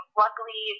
luckily